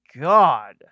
God